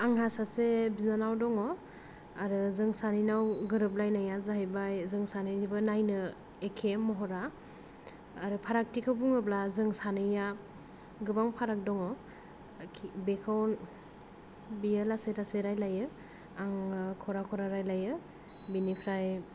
आंहा सासे बिनानाव दङ आरो जों सानैनाव गोरोब लायनाया जाहैबाय जों सानैनिबो नायनो एखे महरा आरो फारागथिखौ बुङोब्ला जों सानैनिया गोबां फाराग दङ बेखौ बेयो लासै लासै रायलायो आङो खरा खरा रायलायो बिनिफ्राय